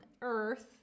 earth